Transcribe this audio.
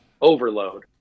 overload